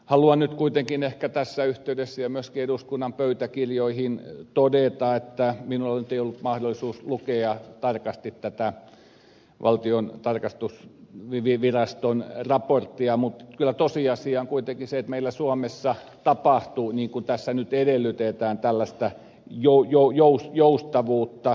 haluan nyt kuitenkin ehkä tässä yhteydessä ja myöskin eduskunnan pöytäkirjoihin todeta että minulla nyt ei ollut mahdollisuutta lukea tarkasti tätä valtiontalouden tarkastusviraston raporttia mutta kyllä tosiasia on kuitenkin se että meillä suomessa tapahtuu niin kuin tässä edellytetään tällaista joustavuutta